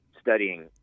studying